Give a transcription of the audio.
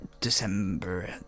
December